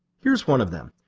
here's one of them.